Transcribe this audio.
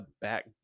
back